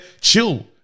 chill